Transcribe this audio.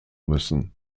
müssen